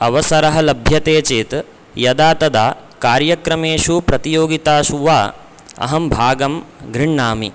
अवसरः लभ्यते चेत् यदा तदा कार्यक्रमेषु प्रतियोगितासु वा अहं भागं गृह्णामि